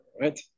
right